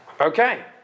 Okay